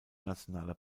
nationaler